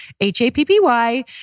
H-A-P-P-Y